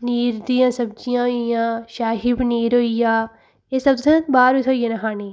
पनीर दियां सब्जियां होइयां शाही पनीर होइया एह् सब तुसें ई बाह्र बी थ्होई जाना खाने ई